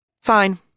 Fine